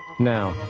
now,